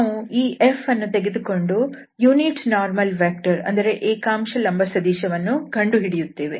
ನಾವು ಈ f ಅನ್ನು ತೆಗೆದುಕೊಂಡು ಏಕಾಂಶ ಲಂಬ ಸದಿಶ ವನ್ನು ಕಂಡುಹಿಡಿಯುತ್ತೇವೆ